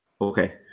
okay